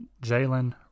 Jalen